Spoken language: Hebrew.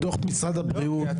בדוח משרד הבריאות,